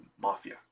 mafia